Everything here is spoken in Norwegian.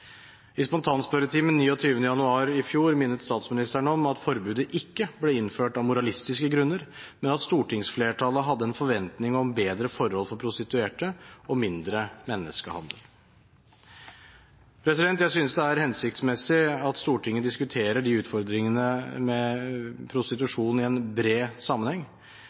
I spontanspørretimen 29. januar i fjor minnet statsministeren om at forbudet ikke ble innført av moralistiske grunner, men at stortingsflertallet hadde en forventning om bedre forhold for prostituerte og mindre menneskehandel. Jeg synes det er hensiktsmessig at Stortinget diskuterer utfordringene med prostitusjon i en bred sammenheng.